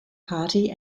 party